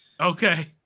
Okay